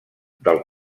del